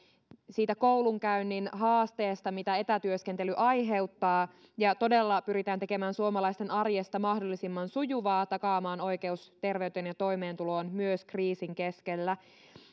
siitä koulunkäynnin haasteesta mitä etätyöskentely aiheuttaa ja todella pyritään tekemään suomalaisten arjesta mahdollisimman sujuvaa takaamaan oikeus terveyteen ja toimeentuloon myös kriisin keskellä